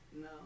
No